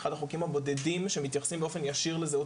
אחד החוקים הבודדים שמתייחסים באופן ישיר לזהות